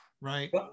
right